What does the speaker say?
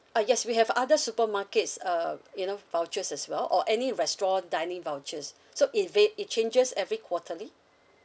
ah yes we have other supermarkets um you know vouchers as well or any restaurant dining vouchers so it va~ it changes every quarterly